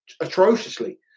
atrociously